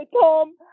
Tom